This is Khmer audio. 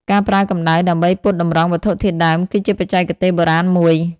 ការប្រើកំដៅដើម្បីពត់តម្រង់វត្ថុធាតុដើម គឺជាបច្ចេកទេសបុរាណមួយ។